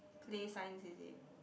play sign is it